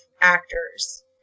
actors